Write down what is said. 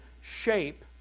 shape